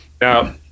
Now